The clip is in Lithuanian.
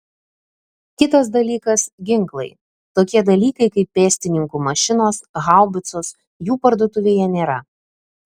kitas dalykas ginklai tokie dalykai kaip pėstininkų mašinos haubicos jų parduotuvėje nėra